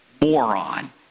moron